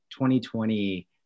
2020